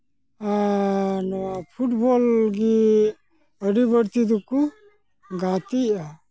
ᱱᱚᱣᱟ ᱯᱷᱩᱴᱵᱚᱞ ᱜᱤ ᱟᱹᱰᱤ ᱵᱟᱹᱲᱛᱤ ᱫᱚᱠᱚ ᱜᱟᱛᱮᱜᱼᱟ